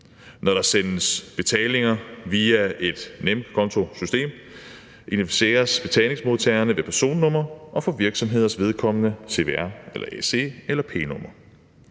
Når der sendes betalinger via et nemkontosystem, identificeres betalingsmodtagerne ved personnumre og for virksomheders vedkommende cvr-, SE- eller P-numre.